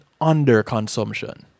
underconsumption